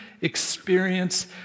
experience